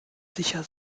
sicher